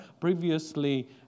previously